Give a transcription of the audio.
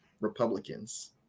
Republicans